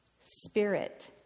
spirit